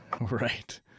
Right